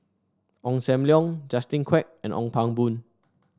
Ong Sam Leong Justin Quek and Ong Pang Boon